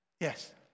Yes